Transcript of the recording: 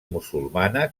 musulmana